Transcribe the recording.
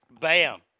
Bam